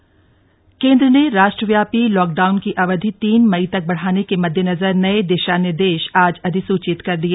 lockdown में अनमति केंद्र ने राष्ट्रव्यापी लॉकडाउन की अवधि तीन मई तक बढ़ाने के मददेनजर नये दिशा निर्देश आज अधिसूचित कर दिए